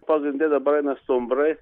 pagrinde dabar eina stumbrai